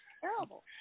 Terrible